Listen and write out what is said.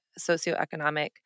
socioeconomic